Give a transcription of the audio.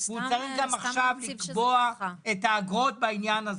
והוא צריך גם עכשיו לקבוע את האגרות בעניין הזה.